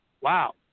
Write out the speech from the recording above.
wow